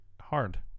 hard